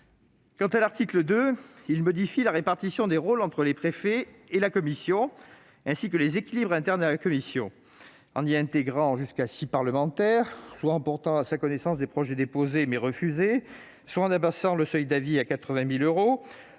Quant à l'article 2, il vise à modifier la répartition des rôles entre le préfet et la commission, ainsi que les équilibres internes à la commission, en y intégrant jusqu'à six parlementaires, en portant à sa connaissance les projets déposés, mais refusés, en abaissant le seuil d'avis à 80 000 euros